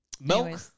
Milk